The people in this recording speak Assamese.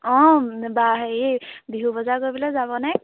অঁ বা হেৰি বিহু বজাৰ কৰিবলৈ যাবনে